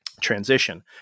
Transition